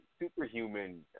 superhuman